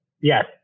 yes